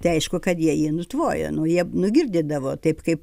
tai aišku kad jie jį nutvojo nu jie nugirdydavo taip kaip